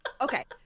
Okay